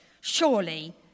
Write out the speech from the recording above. Surely